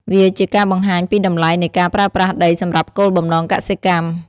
វាជាការបង្ហាញពីតម្លៃនៃការប្រើប្រាស់ដីសម្រាប់គោលបំណងកសិកម្ម។